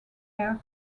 air